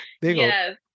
Yes